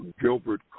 Gilbert